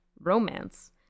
Romance